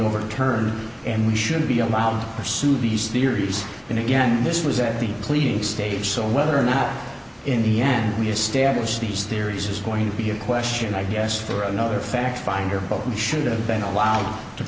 overturned and we should be allowed or sued these theories and again this was at the pleading stage so whether or not in the end we established these theories is going to be a question i guess for another fact finder but we should have been allowed to